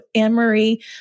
Anne-Marie